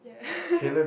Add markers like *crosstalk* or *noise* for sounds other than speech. yeah *laughs*